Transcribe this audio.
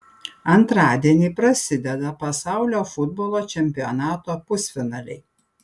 antradienį prasideda pasaulio futbolo čempionato pusfinaliai